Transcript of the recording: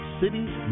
cities